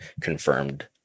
confirmed